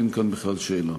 אין כאן בכלל שאלה.